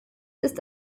ist